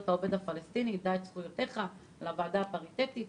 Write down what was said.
העובד הפלסטיני דע את זכויותיך על הוועדה הפריטטית.